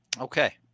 Okay